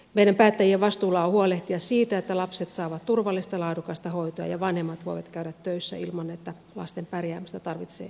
meidän päättäjien vastuulla on huolehtia siitä että lapset saavat turvallista laadukasta hoitoa ja vanhemmat voivat käydä töissä ilman että lasten pärjäämistä tarvitsee murehtia